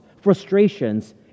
frustrations